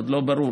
זה עוד לא ברור,